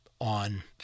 on